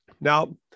Now